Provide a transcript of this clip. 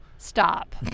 Stop